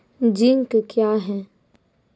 Zinc क्या हैं?